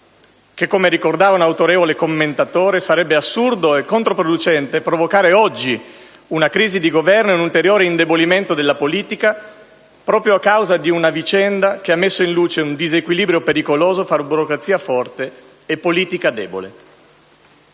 che - come ricordava un autorevole commentatore - sarebbe assurdo e controproducente provocare oggi una crisi di governo e un ulteriore indebolimento della politica proprio a causa di una vicenda che ha messo in luce un disequilibrio pericoloso fra burocrazia forte e politica debole.